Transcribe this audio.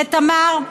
לתמר,